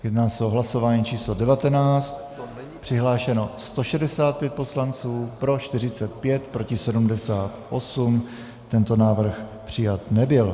Jedná se o hlasování číslo 19, přihlášeno 165 poslanců, pro 45, proti 78 Tento návrh přijat nebyl.